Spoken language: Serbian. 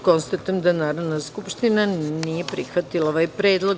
Konstatujem da Narodna skupština nije prihvatila ovaj predlog.